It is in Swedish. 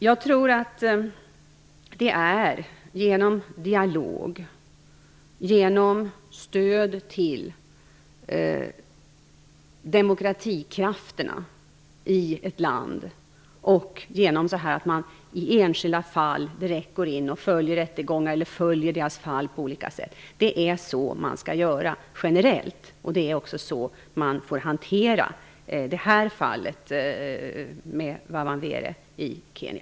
Jag tror att det är genom dialog, genom stöd till demokratikrafterna i ett land och genom att man i enskilda fall direkt går in och följer rättegångar eller följer fallet på olika sätt som vi kan göra något. Det är vad vi generellt skall göra. Det är också så vi får hantera fallet med Wa Wamwere i Kenya.